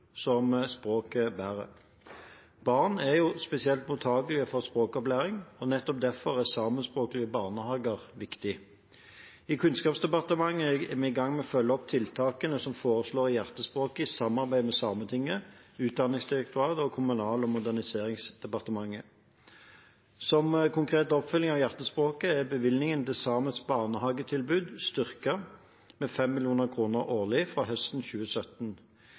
som språket bærer. Barn er spesielt mottakelige for språklæring, og nettopp derfor er samiskspråklige barnehager viktig. I Kunnskapsdepartementet er vi i gang med å følge opp tiltakene som foreslås i Hjertespråket, i samarbeid med Sametinget, Utdanningsdirektoratet og Kommunal- og moderniseringsdepartementet. Som en konkret oppfølging av Hjertespråket er bevilgningen til samisk barnehagetilbud styrket med 5 mill. kr årlig fra høsten 2017.